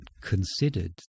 considered